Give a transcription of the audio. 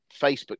Facebook